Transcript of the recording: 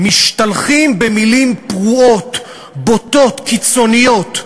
משתלחים במילים פרועות, בוטות, קיצוניות,